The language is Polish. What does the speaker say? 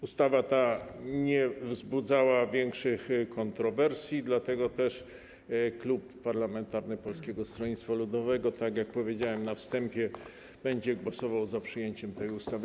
Ustawa ta nie wzbudzała większych kontrowersji, dlatego też klub parlamentarny Polskiego Stronnictwa Ludowego, tak jak powiedziałem na wstępie, będzie głosował za przyjęciem tej ustawy.